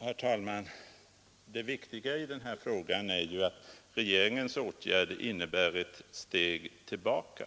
Herr talman! Det viktiga i denna fråga är ju att regeringens åtgärder innebär ett steg tillbaka.